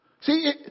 See